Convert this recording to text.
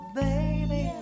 baby